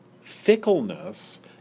fickleness